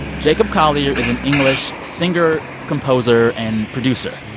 jacob collier is an english singer, composer and producer.